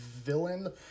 Villain